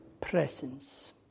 presence